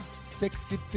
sexy